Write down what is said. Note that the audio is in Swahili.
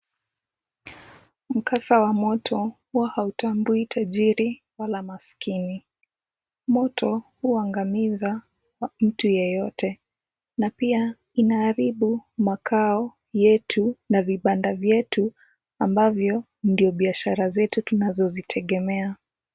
Mkasa wa moto huwa hautambui tajiri wala maskini. Moto huwangamiza mtu yeyote, na pia inaharibu makao yetu na vibanda vyetu ambavyo ndio biashara zetu tunazozitegemea.